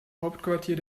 hauptquartier